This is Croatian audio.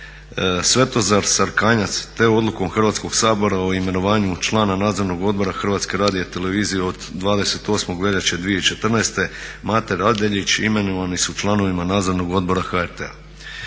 Svetozar Sarkanjac te Odlukom Hrvatskog sabora o imenovanju člana Nadzornog odbora Hrvatske radiotelevizije od 28. veljače 2014. Mate Radeljić imenovani su članovima Nadzornog odbora HRT-a.